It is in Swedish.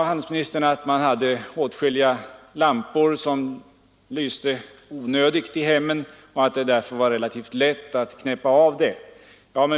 Handelsministern sade att människor hade åtskilliga lampor i hemmen som lyste i onödan och att det därför var relativt lätt att knäppa av dem.